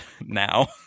now